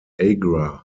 agra